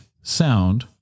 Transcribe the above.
sound